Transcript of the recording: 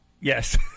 Yes